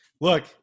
Look